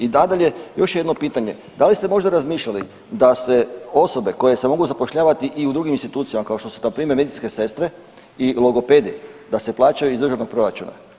I nadalje, još jedno pitanje, da li ste možda razmišljali da se osobe koje se mogu zapošljavati i u drugim institucijama kao što su npr. medicinske sestre i logopedi da se plaćaju iz državnog proračuna?